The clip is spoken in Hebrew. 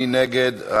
מי נגד?